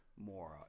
more